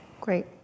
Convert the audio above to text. Great